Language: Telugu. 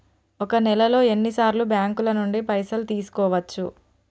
ఒక నెలలో ఎన్ని సార్లు బ్యాంకుల నుండి పైసలు తీసుకోవచ్చు?